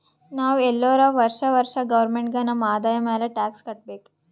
ನಾವ್ ಎಲ್ಲೋರು ವರ್ಷಾ ವರ್ಷಾ ಗೌರ್ಮೆಂಟ್ಗ ನಮ್ ಆದಾಯ ಮ್ಯಾಲ ಟ್ಯಾಕ್ಸ್ ಕಟ್ಟಬೇಕ್